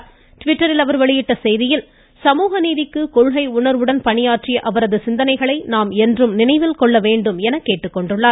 அவரை ட்விட்டரில் அவர் வெளியிட்டுள்ள செய்தியில் சமூக நீதிக்கு கொள்கை உணர்வுடன் பணியாற்றிய அவரது சிந்தனைகளை நாம் என்றும் நினைவில் கொள்ள வேண்டும் என்று கூறியுள்ளார்